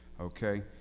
Okay